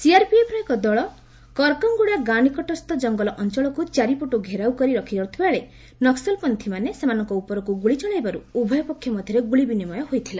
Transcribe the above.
ସିଆର୍ପିଏଫ୍ର ଏକ ଦଳ କରକାଙ୍ଗୁଡ଼ା ଗାଁ ନିକଟସ୍ଥ ଜଙ୍ଗଲ ଅଞ୍ଚଳକୁ ଚାରିପଟୁ ଘେରାଉ କରି ରଖିଥିବାବେଳେ ନକ୍ୱଲପନ୍ଥୀମାନେ ସେମାନଙ୍କ ଉପରକୁ ଗୁଳି ଚଳାଇବାରୁ ଉଭୟ ପକ୍ଷ ମଧ୍ୟରେ ଗୁଳି ବିନିମୟ ହୋଇଥିଲା